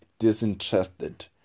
disinterested